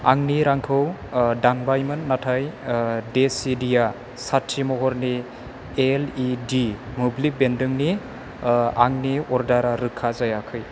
आंनि रांखौ दानबायमोन नाथाय डेसिदिया साथि महरनि एलइडि मोब्लिब बेन्दोंनि आंनि अर्डारा रोखा जायाखै